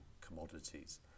commodities